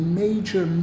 major